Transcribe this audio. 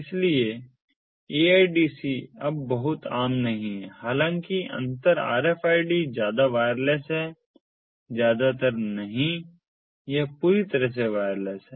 इसलिए AIDC अब बहुत आम नहीं है हालांकि अंतर RFID ज्यादातर वायरलेस है ज्यादातर नहीं यह पूरी तरह से वायरलेस है